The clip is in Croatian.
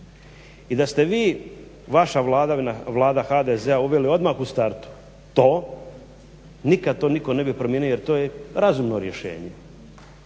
I da ste vi vaša vladavina vlada HDZ-a uveli odmah u startu to nikad to nitko ne bi promijenio jer to je razumno rješenje.